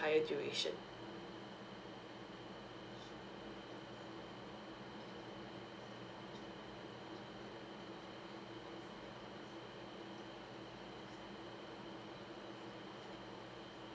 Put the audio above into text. duration